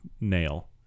nail